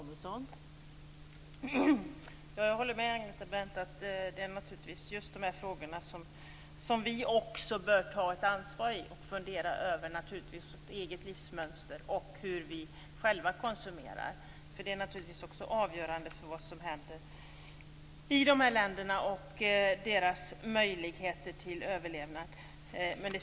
Fru talman! Jag håller med Agneta Brendt om att det naturligtvis är just dessa frågor som vi också bör ta ett ansvar för och fundera över vårt eget livsmönster och hur vi själva konsumerar, eftersom det också naturligtvis är avgörande för vad som händer i dessa länder och för deras möjligheter till överlevnad.